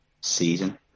season